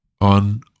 on